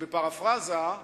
בפרפראזה: